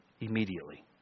immediately